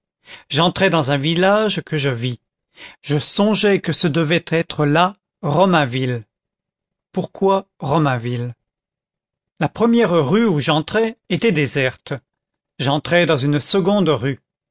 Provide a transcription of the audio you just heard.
j'entrai dans un village que je vis je songeai que ce devait être là romainville pourquoi romainville la première rue où j'entrai était déserte j'entrai dans une seconde rue